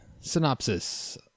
Synopsis